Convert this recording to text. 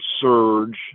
surge